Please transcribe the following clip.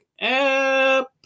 app